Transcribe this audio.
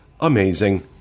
amazing